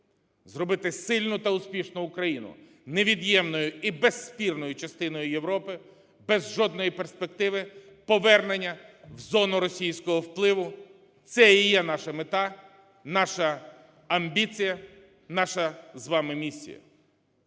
Зробити сильну та успішну Україну, невід'ємною і безспірною частиною Європи, без жодної перспективи повернення в зону російського впливу – це і є наша мета, наша амбіція, наша з вами місія.